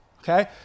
okay